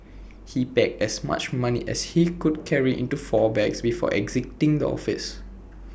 he packed as much money as he could carry into four bags before exiting the office